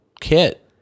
kit